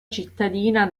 cittadina